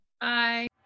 Bye